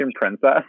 Princess